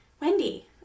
Wendy